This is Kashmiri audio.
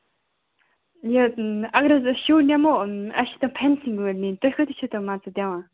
یہِ اَگر حظ أسۍ شُپ نِمو اَسہِ چھِ تِم فینسِنٛگ وٲلۍ نِنۍ تُہۍ کۭتِس چھِو مان ژٕ دِوان